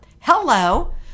hello